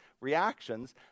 reactions